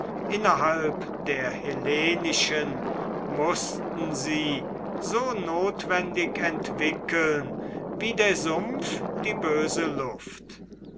innerhalb der hellenischen mußten sie so notwendig entwickeln wie der sumpf die böse luft